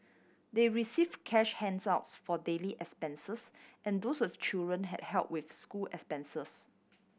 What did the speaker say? they received cash handouts for daily expenses and those with children had help with school expenses